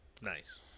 Nice